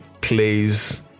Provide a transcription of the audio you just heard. plays